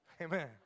Amen